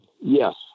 Yes